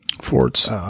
forts